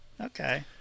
okay